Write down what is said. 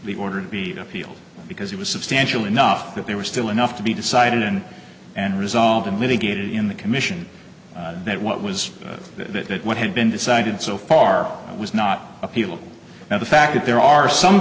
the order to be appealed because it was substantial enough that there was still enough to be decided in and resolved in litigated in the commission that what was that what had been decided so far was not appeal now the fact that there are some